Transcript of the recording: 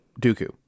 Dooku